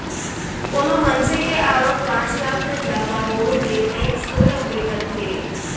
कोनो मनसे के आवक पॉच लाख ले जादा हो ले टेक्स तो लगबे करथे